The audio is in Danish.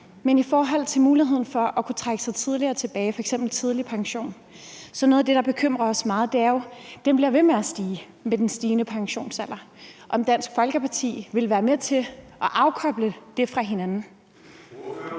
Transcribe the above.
men i forhold til muligheden for at kunne trække sig tidligere tilbage på f.eks. tidlig pension, så er noget af det, der bekymrer os meget, at pensionsalderen bliver ved med at stige. Vil Dansk Folkeparti være med til at afkoble de to ting fra hinanden?